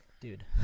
Dude